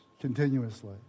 continuously